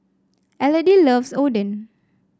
Elodie loves Oden